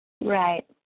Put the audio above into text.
right